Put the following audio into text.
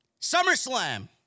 SummerSlam